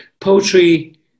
Poetry